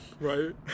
Right